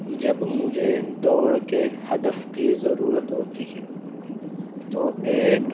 جب مجھے دوڑ کے ہدف کی ضرورت ہوتی ہے تو ایک